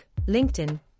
LinkedIn